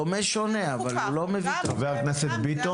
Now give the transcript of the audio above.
דומה שונה אבל --- חבר הכנסת ביטון,